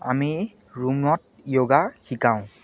আমি ৰুমত যোগা শিকাওঁ